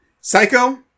Psycho